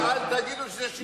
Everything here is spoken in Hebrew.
אז אל תגידו שזה שלטון החוק.